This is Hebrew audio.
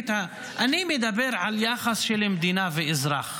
אני מדבר על יחס של מדינה ואזרח.